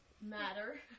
Matter